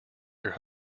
your